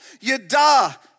yada